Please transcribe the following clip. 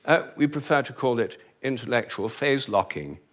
we prefer to call it intellectual phase-locking.